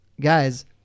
guys